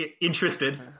Interested